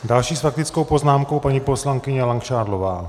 Další s faktickou poznámkou je paní poslankyně Langšádlová.